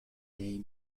name